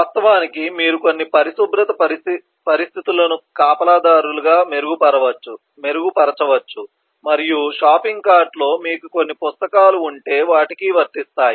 వాస్తవానికి మీరు కొన్ని పరిశుభ్రత పరిస్థితులను కాపలాదారులుగా మెరుగుపరచవచ్చు మరియు షాపింగ్ కార్ట్లో మీకు కొన్ని పుస్తకాలు ఉంటే వాటికి వర్తిస్తాయి